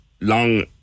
long